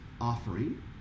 offering